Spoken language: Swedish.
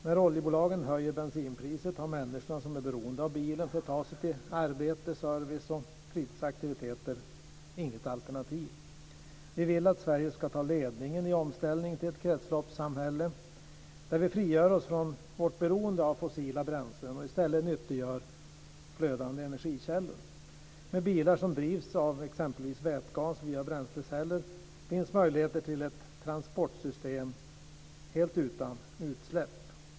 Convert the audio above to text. När oljebolagen höjer bensinpriset har människor som är beroende av bilen för att ta sig till arbete, service och fritidsaktiviteter inget alternativ. Vi vill att Sverige ska ta ledningen i omställningen till ett kretsloppssamhälle där vi frigör oss från vårt beroende av fossila bränslen och i stället nyttiggör flödande energikällor. Med bilar som drivs av t.ex. vätgas via bränsleceller finns möjligheter till ett transportsystem helt utan utsläpp.